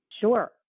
Sure